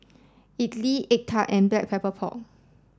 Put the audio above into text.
idly egg tart and black pepper pork